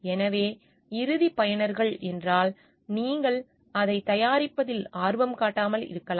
எனவே இறுதிப் பயனர்கள் என்றால் நீங்கள் அதைத் தயாரிப்பதில் ஆர்வம் காட்டாமல் இருக்கலாம்